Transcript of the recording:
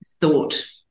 thought